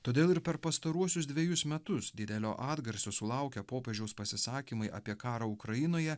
todėl ir per pastaruosius dvejus metus didelio atgarsio sulaukę popiežiaus pasisakymai apie karą ukrainoje